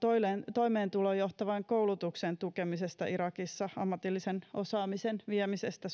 toimeentuloon johtavan koulutuksen tukemisesta irakissa ammatillisen osaamisen viemisestä